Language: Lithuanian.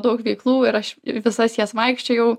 daug veiklų ir aš į visas jas vaikščiojau